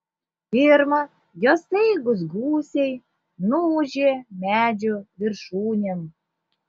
pirma jo staigūs gūsiai nuūžė medžių viršūnėm